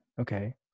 Okay